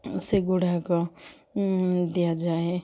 ସେଗୁଡ଼ାକ ଦିଆଯାଏ